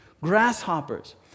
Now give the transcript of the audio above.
grasshoppers